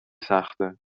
سخته